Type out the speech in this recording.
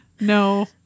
No